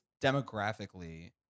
demographically